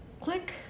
Click